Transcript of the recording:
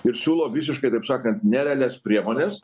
ir siūlo visiškai taip sakant nerealias priemones